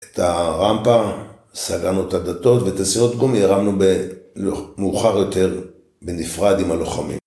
את הרמפה, סגרנו את הדלתות ואת הסירות גומי הרמנו מאוחר יותר בנפרד עם הלוחמים